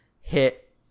hit